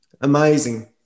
Amazing